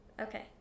okay